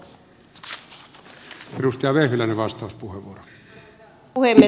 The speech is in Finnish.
arvoisa puhemies